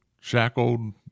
shackled